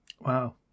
Wow